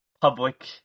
Public